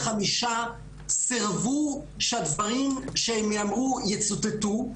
25 סירבו שהדברים שאמרו יצוטטו,